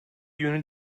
yönü